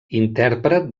intèrpret